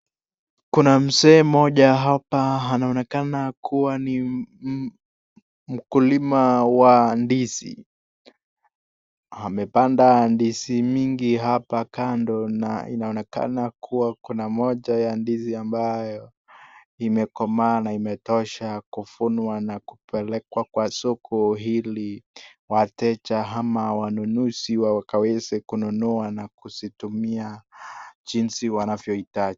Kuna msee mmoja hapa anaonekana kuwa ni mkulima wa ndizi. Amepanda ndizi mingi hapa kando na inaonekana kuwa kuna moja ya ndizi ambayo imekomaa na imetosha kuvunwa na kupelekwa kwa soko ili wateja ama wanunuzi wakaweze kununua na kuzitumia jinsi wanavyo hitaji.